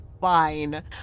fine